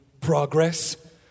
progress